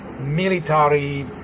military